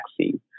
taxi